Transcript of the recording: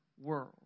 world